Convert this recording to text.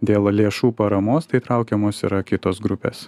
dėl lėšų paramos tai įtraukiamos yra kitos grupės